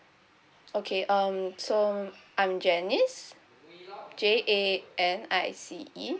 okay um so I'm janice uh J A N I C E